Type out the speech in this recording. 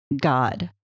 god